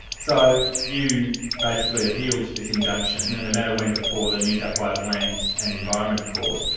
so you basically appealed this injunction and the matter went before the new south wales lands and environment court,